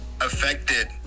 affected